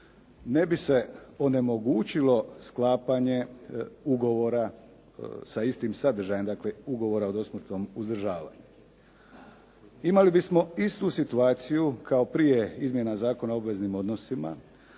ne bi se onemogućilo sklapanje ugovora sa istim sadržajem, dakle ugovora o dosmrtnom uzdržavanju. Imali bismo istu situaciju kao prije izmjena Zakona o obveznim odnosima,